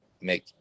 make